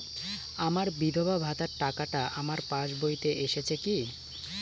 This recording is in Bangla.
আমার বিধবা ভাতার টাকাটা আমার পাসবইতে এসেছে কি?